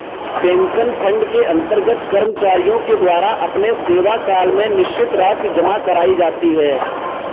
pension fund के अंतर्गत कर्मचारियों के द्वारा अपने सेवाकाल में निश्चित राशि जमा कराई जाती है